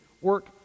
work